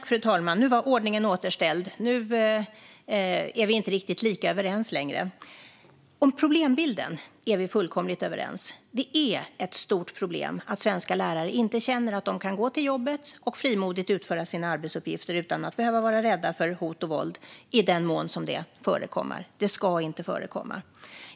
Fru talman! Nu är ordningen återställd, för nu är vi inte riktigt lika överens längre. Vi är fullkomligt överens om problembilden. Det är ett stort problem att svenska lärare inte känner att de kan gå till jobbet och frimodigt utföra sina arbetsuppgifter utan att behöva vara rädda för hot och våld i den mån det förekommer. Det ska inte förekomma.